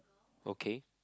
okay